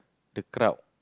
the crowd